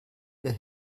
ihr